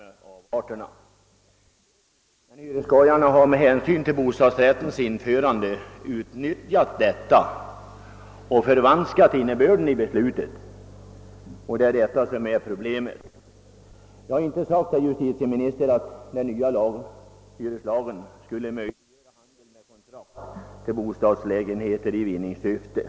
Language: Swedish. Jag betvivlar icke heller i detta avseende den goda viljan att komma till rätta med avarterna. Hyresskojarna har emellertid utnyttjat den införda bytesrätten och förvanskat innebörden i beslutet, och det är det som är problemet. Jag har inte sagt, herr justitieminister, att den nya hyreslagen skulle möjliggöra handel med kontrakt till bo stadslägenheter i vinningssyfte.